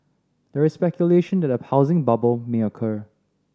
there is speculation that a housing bubble may occur